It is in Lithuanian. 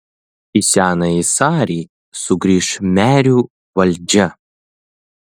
į senąjį sarį sugrįš merių valdžia